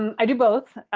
um i do both.